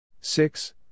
Six